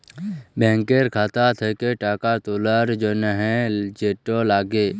ব্যাংকের খাতা থ্যাকে টাকা তুলার জ্যনহে যেট লাগে